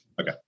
Okay